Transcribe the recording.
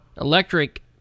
electric